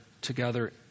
together